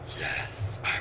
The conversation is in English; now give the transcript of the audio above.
yes